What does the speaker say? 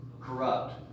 corrupt